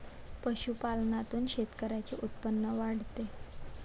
पशुपालनातून शेतकऱ्यांचे उत्पन्न वाढते